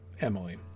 Emily